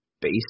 base